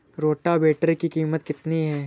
Rotavator की कीमत कितनी है?